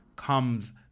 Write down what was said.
comes